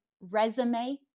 resume